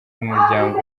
b’umuryango